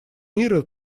мира